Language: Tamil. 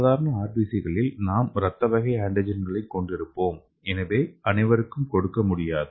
சாதாரண RBC களில் நாம் இரத்தக் வகை ஆன்டிஜென்களைக் கொண்டிருப்போம் எனவே அனைவருக்கும் கொடுக்க முடியாது